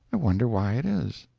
i wonder why it is?